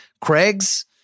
Craig's